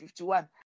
51